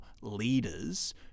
leaders